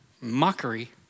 Mockery